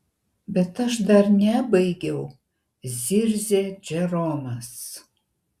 bet aš dar nebaigiau zirzė džeromas